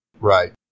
Right